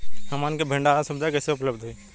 हमन के भंडारण सुविधा कइसे उपलब्ध होई?